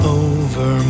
over